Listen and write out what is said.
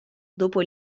dopo